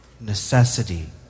necessity